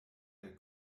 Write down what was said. der